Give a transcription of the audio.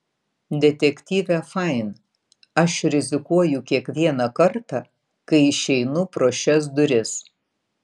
detektyve fain aš rizikuoju kiekvieną kartą kai išeinu pro šias duris